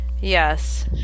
yes